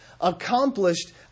accomplished